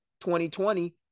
2020